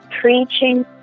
preaching